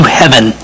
heaven